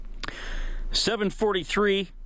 7.43